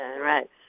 right